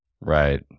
Right